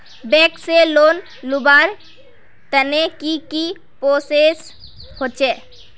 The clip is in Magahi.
बैंक से लोन लुबार तने की की प्रोसेस होचे?